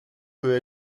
peut